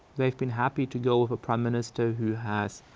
they've been happy to go with a prime minister who has